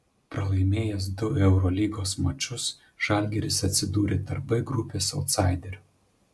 pralaimėjęs du eurolygos mačus žalgiris atsidūrė tarp b grupės autsaiderių